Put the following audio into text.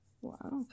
Wow